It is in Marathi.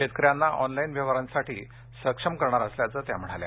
शेतकर्यांकना ऑनलाईन व्यवहारांसाठी सक्षम करणार असल्याचं त्या म्हणाल्या